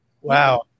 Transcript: Wow